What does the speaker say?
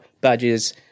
badges